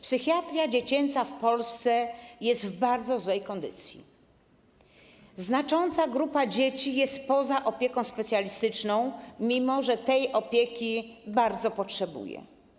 Psychiatria dziecięca w Polsce jest w bardzo złej kondycji, znacząca grupa dzieci jest poza opieką specjalistyczną, mimo że tej opieki bardzo potrzebuje.